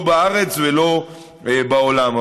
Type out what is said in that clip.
לא בארץ ולא בעולם,